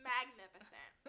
Magnificent